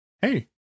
Hey